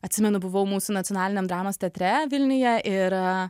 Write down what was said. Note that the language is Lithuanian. atsimenu buvau mūsų nacionaliniam dramos teatre vilniuje ir